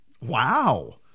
Wow